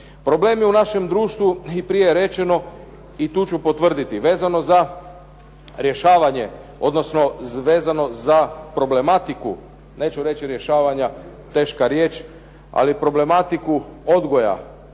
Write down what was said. Problem je u našem društvu i prije je rečeno i tu ću potvrditi, vezano za rješavanje, odnosno vezano za problematiku neću reći rješavanja, teška riječ, ali problematiku odgoja